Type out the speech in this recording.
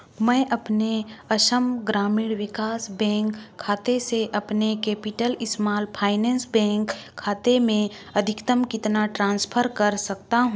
मैं अपने असम ग्रामीण विकास बैंक खाते से अपने कैपिटल स्माल फाइनेंस बेंक खाते मेंअधिकतम कितना ट्रांसफ़र कर सकता हूँ